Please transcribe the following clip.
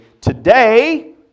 today